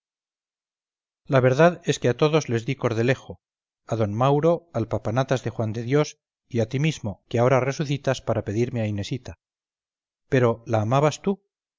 la verdad es que a todos les di cordelejo a d mauro al papanatas de juan de dios y a ti mismo que ahora resucitas para pedirme a inesita pero la amabas tú